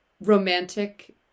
romantic